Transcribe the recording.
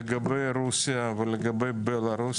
לגבי רוסיה ובלרוס,